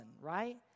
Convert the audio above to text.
right